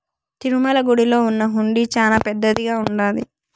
తిరుమల గుడిలో ఉన్న హుండీ చానా పెద్దదిగా ఉంటాది